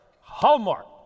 hallmark